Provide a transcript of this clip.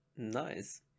nice